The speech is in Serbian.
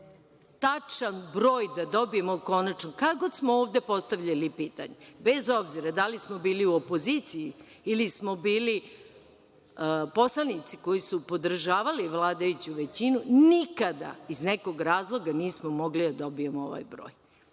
broj da dobijemo konačno. Kad god smo ovde postavljali pitanja, bez obzira da li smo bili u opoziciji ili smo bili poslanici koji su podržavali vladajuću većinu, nikada iz nekog razloga nismo mogli da dobijemo ovaj broj.